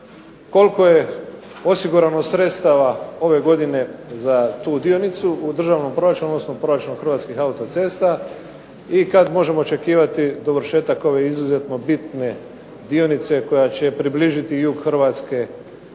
Koliko je osigurana sredstava ove godine za tu dionicu u državnom proračunu, odnosno proračunu Hrvatskih autocesta i kad možemo očekivati dovršetak ove izuzetno bitne dionice koja će približiti jug Hrvatske drugim